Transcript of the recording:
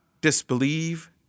disbelieve